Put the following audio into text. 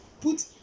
put